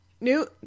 New